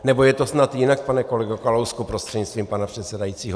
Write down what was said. Nebo je to snad jinak, pane kolego Kalousku prostřednictvím pana předsedajícího?